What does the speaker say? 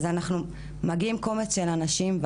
אז אנחנו מגיעים קומץ של אנשים,